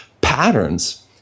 patterns